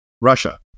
Russia